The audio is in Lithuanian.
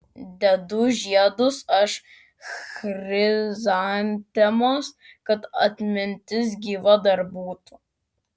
dedu žiedus aš chrizantemos kad atmintis gyva dar būtų